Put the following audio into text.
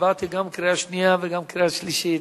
הצבעתי גם קריאה שנייה וגם קריאה שלישית